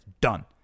done